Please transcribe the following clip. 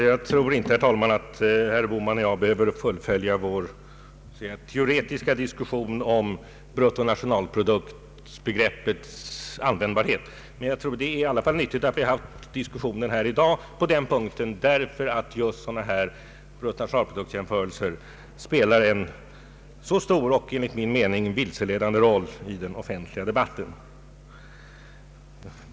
Herr talman! Jag tror inte att herr Bohman och jag behöver fullfölja vår teoretiska diskussion om bruttonational produktsbegreppets användbarhet. Det är i alla fall nyttigt att vi har haft den diskussionen här i dag, eftersom sådana nationalproduktsjämförelser spelar en stor och enligt min mening vilseledande roll i den offentliga debatten.